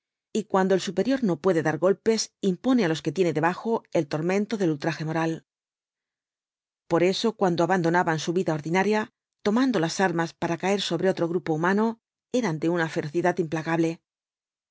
y cuando el superior no puede dar golpes impone á los que tiene debajo el tormento del ultraje moral por eso cuando abandonaban su vida ordinaria tomando las armas para caer sobre otro grupo humano eran de una ferocidad implacable